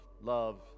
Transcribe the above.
love